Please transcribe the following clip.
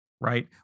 right